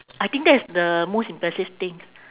I think that's the most impressive thing